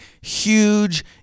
huge